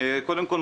קודם כל,